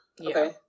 okay